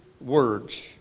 words